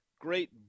great